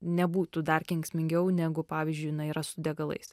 nebūtų dar kenksmingiau negu pavyzdžiui na yra su degalais